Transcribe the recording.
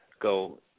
go